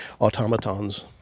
automatons